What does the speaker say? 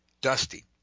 Dusty